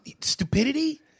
stupidity